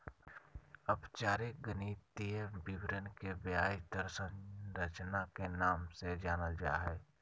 औपचारिक गणितीय विवरण के ब्याज दर संरचना के नाम से जानल जा हय